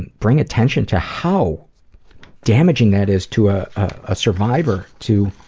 and bring attention to how damaging that is to a ah survivor to.